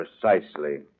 Precisely